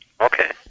okay